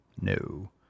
No